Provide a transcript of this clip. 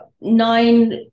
nine